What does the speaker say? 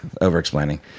over-explaining